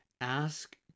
Ask